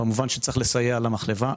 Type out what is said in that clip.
במובן שיש לסייע למחלבה.